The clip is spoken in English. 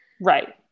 Right